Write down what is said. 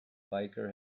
biker